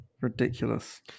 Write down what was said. Ridiculous